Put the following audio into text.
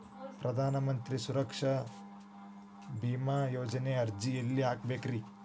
ಪ್ರಧಾನ ಮಂತ್ರಿ ಸುರಕ್ಷಾ ಭೇಮಾ ಯೋಜನೆ ಅರ್ಜಿ ಎಲ್ಲಿ ಹಾಕಬೇಕ್ರಿ?